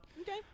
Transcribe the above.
Okay